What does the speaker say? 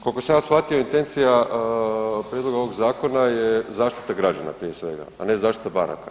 Koliko sam ja shvatio intencija prijedloga ovog zakona je zaštita građana prije svega, a ne zaštita banaka.